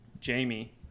Jamie